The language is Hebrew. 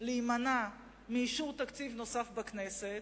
להימנע מאישור תקציב נוסף בכנסת.